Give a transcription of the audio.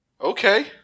Okay